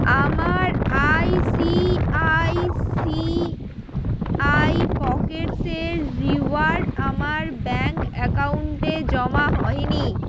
আমার I C I C I Pockets এর reward আমার ব্যাংক অ্যাকাউন্টে জমা হয় নি